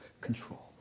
control